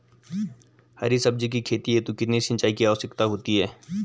हरी सब्जी की खेती हेतु कितने सिंचाई की आवश्यकता होती है?